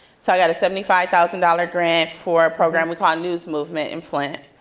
so i got a seventy five thousand dollars grant for a program we call news movement in flint.